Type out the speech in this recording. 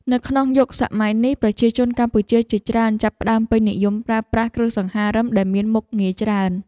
នៅក្នុងយុគសម័យនេះប្រជាជនកម្ពុជាជាច្រើនចាប់ផ្តើមពេញនិយមប្រើប្រាស់គ្រឿងសង្ហារិមដែលមានមុខងារច្រើន។